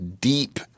deep